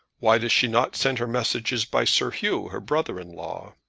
why does she not send her messages by sir hugh her brother-in-law?